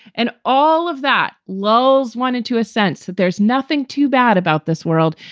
and all of that lulls one into a sense that there's nothing too bad about this world,